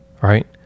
right